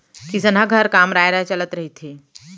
किसनहा घर काम राँय राँय चलत रहिथे